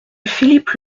philippe